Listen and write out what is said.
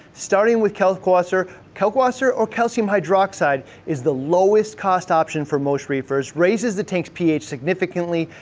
starting with kalkwasser. kalkwasser or calcium hydroxide is the lowest cost option for most reefers, raises the tank's ph significantly,